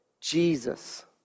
Jesus